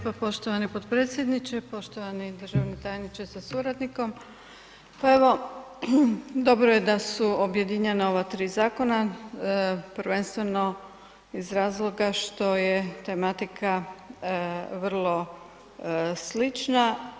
Hvala lijepa poštovani potpredsjedniče, poštovani državni tajniče sa suradnikom, pa evo dobro je da su objedinjena ova 3 zakona, prvenstveno iz razloga što je tematika vrlo slična.